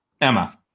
Emma